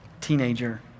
teenager